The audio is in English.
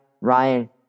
Ryan